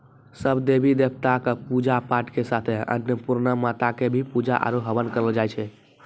सब देवी देवता कॅ पुजा पाठ के साथे अन्नपुर्णा माता कॅ भी पुजा आरो हवन करलो जाय छै